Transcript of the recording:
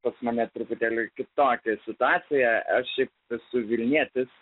pas mane truputėlį kitokia situacija aš šiaip esu vilnietis